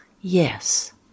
Yes